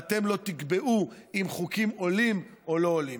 ואתם לא תקבעו אם חוקים עולים או לא עולים.